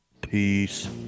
Peace